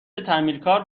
تعمیرکار